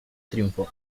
triunfo